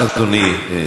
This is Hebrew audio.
אדוני.